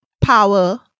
power